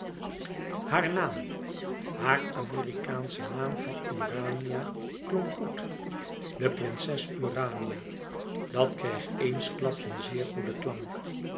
haar naam haar amerikaansche naam van urania klonk goed de prinses urania dat kreeg eensklaps een zeer goeden klank